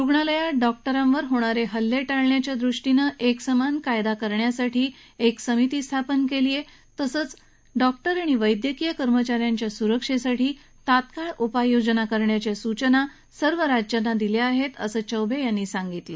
रुग्णालयात डॉक्टरांवर होणारे हल्ले टाळण्याच्या दृष्टीनं एकसमान कायदा करण्यासाठी एक समिती स्थापन केली आहे त्याचप्रमाणे डॉक्टर आणि वैद्यकीय कर्मचा यांच्या सुरक्षेसाठी तात्काळ उपाययोजना करण्याच्या सूचना सर्व राज्यांना दिल्या आहेत असं चौवे यांनी सांगितलं